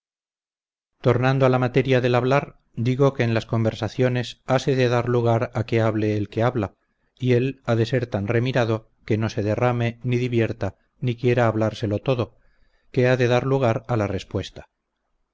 tornando a la materia del hablar digo que en las conversaciones hase de dar lugar a que hable el que habla y él ha de ser tan remirado que no se derrame ni divierta ni quiera hablárselo todo que ha de dar lugar a la respuesta